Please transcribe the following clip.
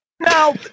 Now